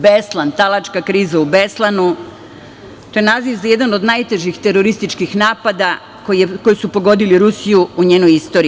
Beslan, talačka kriza u Beslanu, to je naziv za jedan od najtežih terorističkih napada koji su pogodili Rusiju u njenoj istoriji.